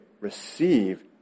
receive